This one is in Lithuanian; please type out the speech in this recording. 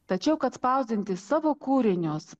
tačiau kad spausdinti savo kūrinius